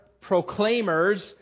proclaimers